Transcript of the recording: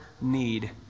need